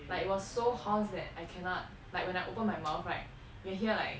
like it was so hoarse that I cannot like when I open my mouth right you will hear like